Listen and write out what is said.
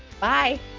Bye